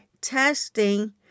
testing